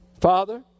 Father